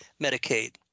Medicaid